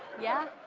yeah.